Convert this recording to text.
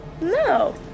No